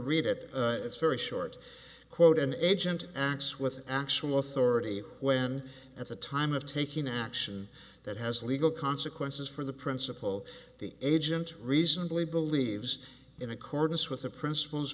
read it it's very short quote an agent acts with actual authority when at the time of taking action that has legal consequences for the principle the agent reasonably believes in accordance with the princip